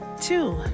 Two